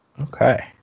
okay